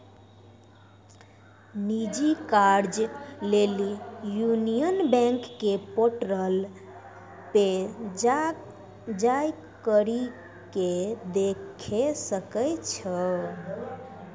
निजी कर्जा लेली यूनियन बैंक के पोर्टल पे जाय करि के देखै सकै छो